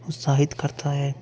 ਉਤਸ਼ਾਹਿਤ ਕਰਦਾ ਹੈ